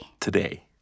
Today